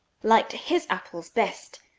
liked his apples best,